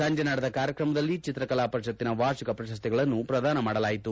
ಸಂಜೆ ನಡೆದ ಕಾರ್ಯಕ್ರಮದಲ್ಲಿ ಚಿತ್ರಕಲಾ ಪರಿಷತ್ತಿನ ವಾರ್ಷಿಕ ಪ್ರಶಸ್ತಿಗಳನ್ನು ಪ್ರದಾನ ಮಾಡಲಾಯಿತು